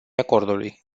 acordului